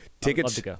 tickets